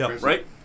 right